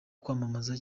kwamamaza